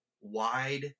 wide